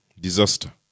disaster